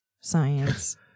science